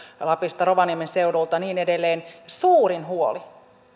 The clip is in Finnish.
lapista rovaniemen seudulta ja niin edelleen suurin huoli